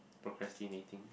procrastinating